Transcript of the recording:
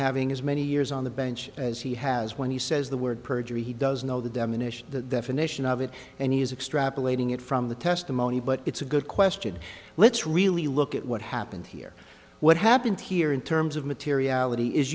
having as many years on the bench as he has when he says the word perjury he does know the demolition the nation of it and he is extrapolating it from the testimony but it's a good question let's really look at what happened here what happened here in terms of materiality is